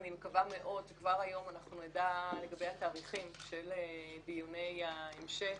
אני מקווה מאוד שכבר היום אנחנו נדע לגבי התאריכים של דיוני ההמשך.